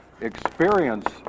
experience